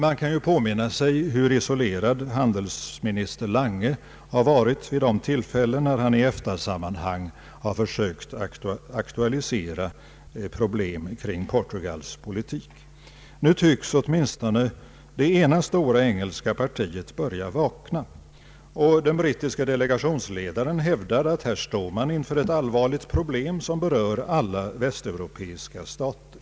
Man kan påminna sig hur isolerad handelsminister Lange varit vid de tillfällen då han i EFTA-sammanhang försökt aktualisera problem kring Portugals politik. Nu tycks åtminstone det ena stora engelska partiet börja vakna, och den brittiske delegationsledaren hävdade att man här står inför ett allvarligt problem som berör alla västeuropeiska stater.